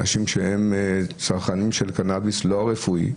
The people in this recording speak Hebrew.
אנשים שהם צרכנים של קנאביס לא רפואי,